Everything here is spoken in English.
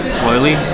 slowly